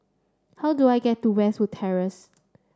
how do I get to Westwood Terrace